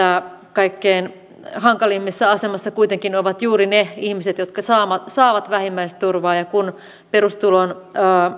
kaikkein hankalimmassa asemassa kuitenkin ovat juuri ne ihmiset jotka saavat saavat vähimmäisturvaa ja kun perustulon